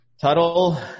Tuttle